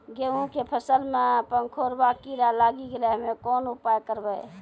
गेहूँ के फसल मे पंखोरवा कीड़ा लागी गैलै हम्मे कोन उपाय करबै?